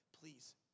please